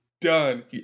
Done